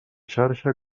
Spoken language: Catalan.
xarxa